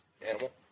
animal